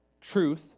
truth